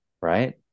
Right